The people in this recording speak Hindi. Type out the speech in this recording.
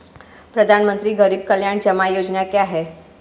प्रधानमंत्री गरीब कल्याण जमा योजना क्या है?